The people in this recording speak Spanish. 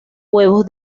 huevos